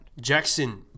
Jackson